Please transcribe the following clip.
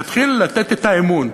האדם יתחיל לתת את האמון.